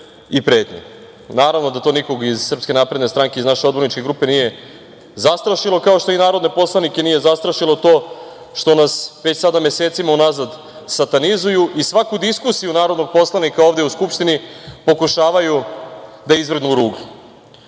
i pretnje. Naravno da to nikog iz SNS, iz naše odborničke grupe nije zastrašilo, kao što ni narodne poslanike nije zastrašilo to što nas već sada mesecima unazad satanizuju i svaku diskusiju narodnog poslanika ovde u Skupštini pokušavaju da izvrgnu